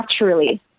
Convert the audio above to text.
naturally